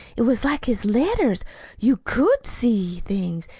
it was like his letters you could see things.